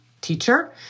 teacher